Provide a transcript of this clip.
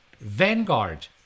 Vanguard